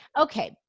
okay